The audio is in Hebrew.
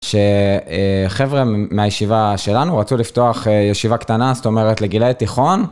שחבר'ה מהישיבה שלנו רצו לפתוח ישיבה קטנה, זאת אומרת לגילאי התיכון.